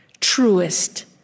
truest